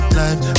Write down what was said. life